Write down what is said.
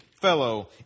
fellow